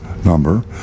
Number